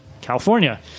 California